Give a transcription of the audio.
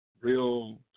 real